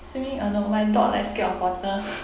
swimming uh no my dog like scared of water